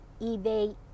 eBay